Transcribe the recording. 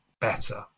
better